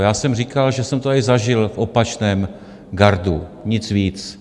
Já jsem říkal, že jsem to tady zažil v opačném gardu, nic víc.